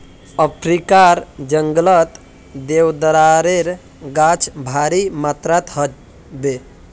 अफ्रीकार जंगलत देवदारेर गाछ भारी मात्रात ह बे